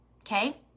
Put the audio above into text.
Okay